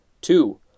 Two